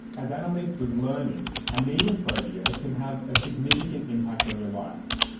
as annaleise was learning, a needle phobia can have a significant impact on your life.